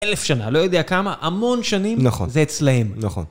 אלף שנה, לא יודע כמה, המון שנים, נכון! זה אצלהם. נכון!